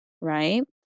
right